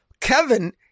Kevin